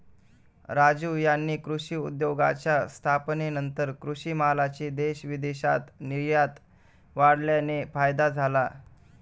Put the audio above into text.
राजीव यांना कृषी उद्योगाच्या स्थापनेनंतर कृषी मालाची देश विदेशात निर्यात वाढल्याने फायदा झाला